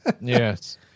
yes